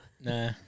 Nah